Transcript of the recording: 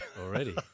Already